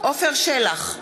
עפר שלח,